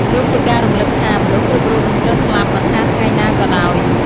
វាជាការរំលឹកថា មនុស្សគ្រប់រូបនឹងត្រូវស្លាប់មិនថាថ្ងៃណាក៏ដោយ។